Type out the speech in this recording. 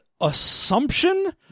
assumption